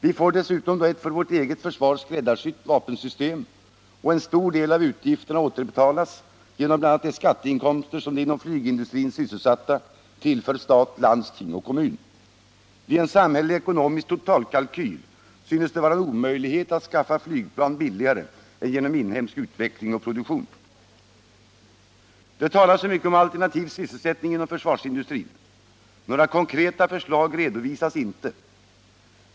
Vi får dessutom då ett för vårt eget försvar ”skräddarsytt” vapensystem, och en stor del av utgifterna återbetalas genom bl.a. de skatteinkomster som de inom flygindustrin sysselsatta tillför stat, landsting och kommun. Med en samhällelig ekonomisk totalkalkyl synes det vara en omöjlighet att skaffa flygplan billigare än genom inhemsk utveckling och produktion. Det talas så mycket om alternativ sysselsättning inom försvarsindustrin. Några konkreta förslag redovisas inte.